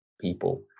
people